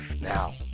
now